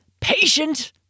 patient